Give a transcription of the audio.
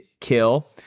kill